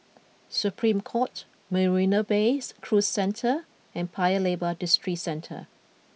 Supreme Court Marina Bay Cruise Centre and Paya Lebar Districentre